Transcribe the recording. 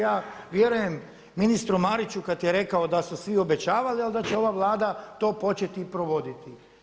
Ja vjerujem ministru Mariću kada je rekao da su svi obećavali ali da će ova Vlada to početi provoditi.